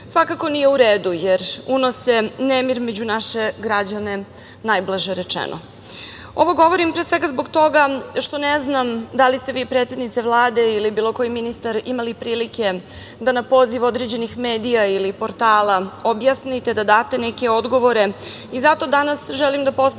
Svakako nije u redu, jer unose nemir među naše građane, najblaže rečeno. Ovo govorim, pre svega zbog toga što ne znam da li ste vi predsednice Vlade ili bilo koji ministar imali prilike da na poziv određenih medija ili portala objasnite i da date neke odgovore. Zato danas želim da postavim